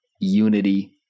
Unity